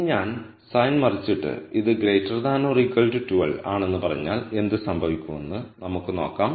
ഇനി ഞാൻ സൈൻ മറിച്ചിട്ട് ഇത് 12 ആണെന്ന് പറഞ്ഞാൽ എന്ത് സംഭവിക്കുമെന്ന് നമുക്ക് നോക്കാം